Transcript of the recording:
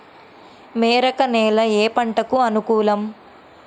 మెరక నేల ఏ పంటకు అనుకూలం?